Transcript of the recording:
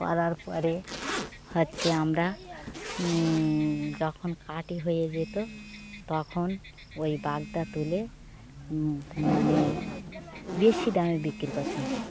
করার পরে হচ্ছে আমরা যখন কাঠি হয়ে যেত তখন ওই বাগদা তুলে মানে বেশি দামে বিক্রি করতাম